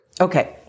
Okay